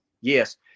Yes